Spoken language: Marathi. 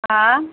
आं